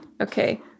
Okay